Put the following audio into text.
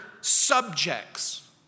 subjects